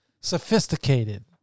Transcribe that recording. sophisticated